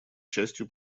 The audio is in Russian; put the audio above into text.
частью